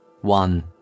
One